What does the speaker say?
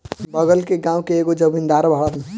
बगल के गाँव के एगो जमींदार बाड़न